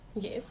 Yes